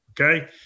Okay